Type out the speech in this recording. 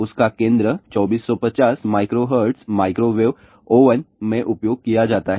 उसका केंद्र 2450 MHz microwave oven में उपयोग किया जाता है